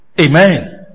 Amen